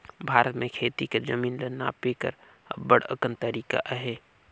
भारत में खेती कर जमीन ल नापे कर अब्बड़ अकन तरीका अहे